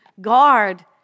guard